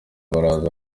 baraza